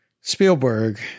Spielberg